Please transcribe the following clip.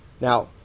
Now